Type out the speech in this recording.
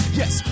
yes